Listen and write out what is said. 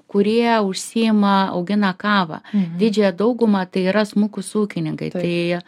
kurie užsiima augina kavą didžiąją daugumą tai yra smulkūs ūkininkai tai